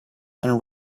and